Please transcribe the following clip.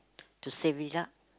to save it up